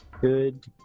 Good